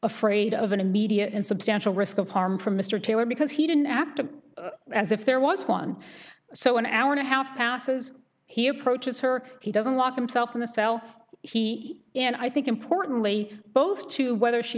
afraid of an immediate and substantial risk of harm for mr taylor because he didn't act as if there was one so an hour and a half passes he approaches her he doesn't lock himself in the cell he and i think importantly both to whether she